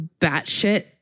batshit